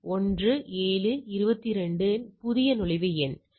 22 இன் புதிய நுழைவு உள்ளது